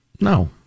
No